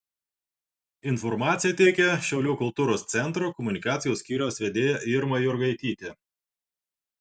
informaciją teikia šiaulių kultūros centro komunikacijos skyriaus vedėja irma jurgaitytė